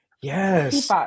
yes